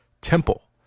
Temple